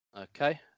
Okay